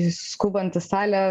skubant į salę